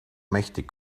mächtig